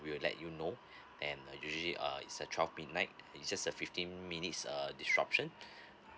we'll let you know um usually uh is a twelve midnight it's just a fifteen minutes err disruption